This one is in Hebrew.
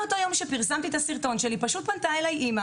ביום שפרסמתי את הסרטון שלי פנתה אליי אימא